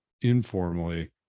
informally